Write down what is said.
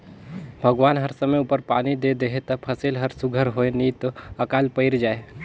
भगवान हर समे उपर पानी दे देहे ता फसिल हर सुग्घर होए नी तो अकाल पइर जाए